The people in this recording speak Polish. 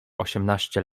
osiemnaście